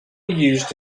used